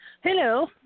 Hello